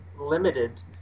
limited